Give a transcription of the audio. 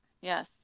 Yes